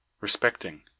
respecting